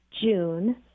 June